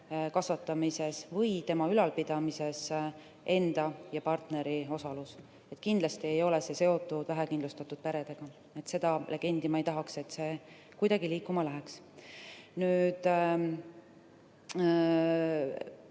kasvatamises või tema ülalpidamises enda ja partneri osalus. Kindlasti ei ole see seotud vähekindlustatud peredega. Ma ei tahaks, et see legend kuidagi liikuma läheks. Mis